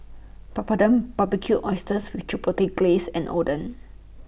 Papadum Barbecued Oysters with Chipotle Glaze and Oden